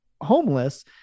homeless